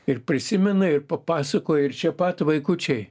ir prisimena ir papasakoja ir čia pat vaikučiai